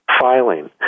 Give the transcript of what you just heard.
filing